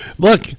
Look